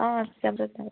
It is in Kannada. ಹಾಂ ಚಾಮರಾಜ್ನಗರ